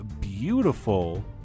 beautiful